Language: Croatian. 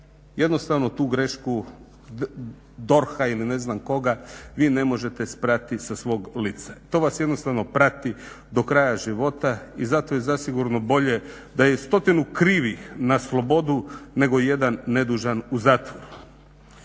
Jednostavno tu grešku DORH-a ili ne znam koga vi ne možete sprati sa svog lica. To vas jednostavno prati do kraja života i zato je zasigurno bolje da je stotinu krivih na slobodu nego jedan nedužan u zatvoru.